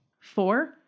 Four